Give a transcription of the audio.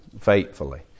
faithfully